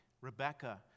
Rebecca